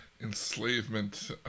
Enslavement